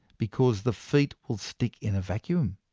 because the feet will stick in a vacuum.